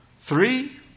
Three